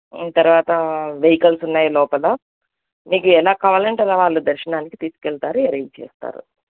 తర్వాత వెహికల్స్ ఉన్నాయ్ లోపల మీకు ఎలా కావాలంటే అలా వాళ్ళు దర్శనానికి తీసుకెళ్తారు ఎరేంజ్ చేస్తారు